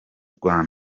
rwanda